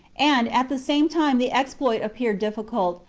and at the same time the exploit appeared difficult,